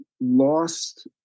lost